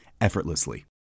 effortlessly